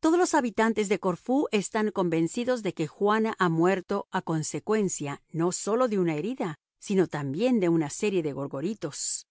todos los habitantes de corfú están convencidos de que juana ha muerto a consecuencia no sólo de una herida sino también de una serie de gorgoritos